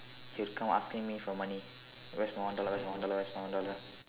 he'll come asking me for money where's my one dollar where's my one dollar where's my one dollar